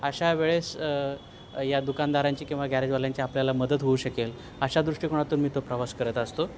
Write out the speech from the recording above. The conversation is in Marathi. अशा वेळेस या दुकानदारांची किंवा गॅरेजवाल्यांची आपल्याला मदत होऊ शकेल अशा दृष्टीकोनातून मी तो प्रवास करत असतो